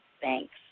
Thanks